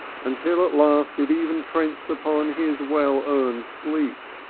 until at last it even trenched upon his well-earned sleep.